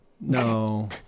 No